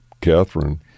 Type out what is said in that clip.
Catherine